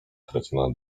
kretyna